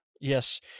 Yes